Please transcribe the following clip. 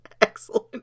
Excellent